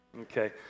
Okay